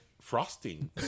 frosting